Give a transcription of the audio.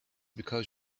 because